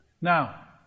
Now